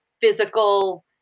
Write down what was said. physical